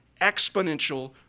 exponential